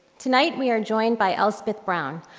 tonight we are joined by elspeth brown,